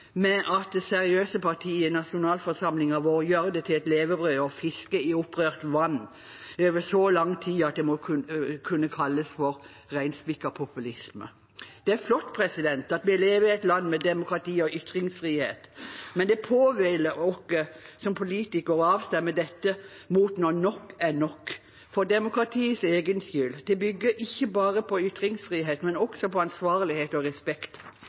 med at seriøse partier i nasjonalforsamlingen vår gjør det til et levebrød å fiske i opprørt vann over så lang tid at det må kunne kalles for reinspikka populisme. Det er flott at vi lever i et land med demokrati og ytringsfrihet, men det påhviler oss som politikere å avstemme dette mot når nok er nok, for demokratiets egen skyld. Det bygger ikke bare på ytringsfrihet, men også på ansvarlighet og respekt.